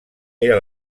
era